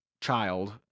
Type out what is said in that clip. child